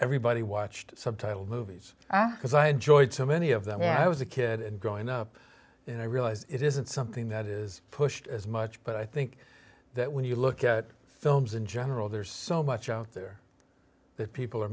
everybody watched subtitled movies because i enjoyed so many of them when i was a kid growing up and i realize it isn't something that is pushed as much but i think that when you look at films in general there's so much out there that people are